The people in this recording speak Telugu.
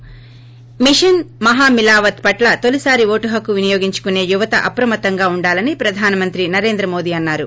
ి మిషన్ మహామిలావత్ పట్ల తొలిసారి ఓటు హక్కు వినియోగించుకోసే యువత అప్రమత్తంగా ఉండాలని ప్రధానమంత్రి నరేంద్ర మోదీ అన్నారు